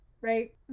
Right